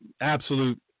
absolute